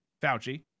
Fauci